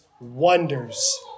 wonders